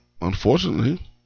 unfortunately